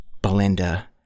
Belinda